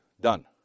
done